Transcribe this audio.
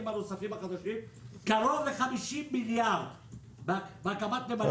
החדשים קרוב ל-50 מיליארד בהקמת נמלים חדשים.